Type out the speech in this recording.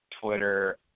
Twitter